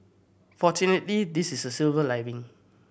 fortunately this is a silver lining